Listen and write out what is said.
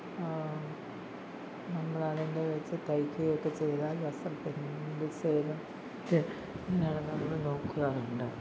നമ്മൾ അതിൻ്റെ വെച്ച് തയ്ക്കുകയൊക്കെ ചെയ്താൽ വസ്ത്രത്തിൻ്റെ ഡിസൈനും മറ്റ് ഇന്നതാണ് എന്ന് നമ്മൾ നോക്കാറുണ്ട്